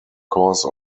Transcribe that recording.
cause